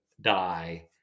die